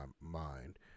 mind